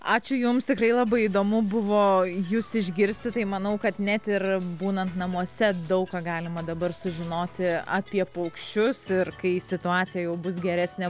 ačiū jums tikrai labai įdomu buvo jus išgirsti tai manau kad net ir būnant namuose daug ką galima dabar sužinoti apie paukščius ir kai situacija jau bus geresnė